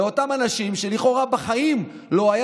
לאותם אנשים שלכאורה בחיים לא היה